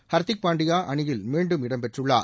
ஹர்திக் பாண்டியா அணியில் மீண்டும் இடம்பெற்றுள்ளார்